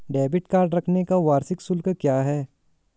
Debit card रखने का वार्षिक शुल्क क्या है?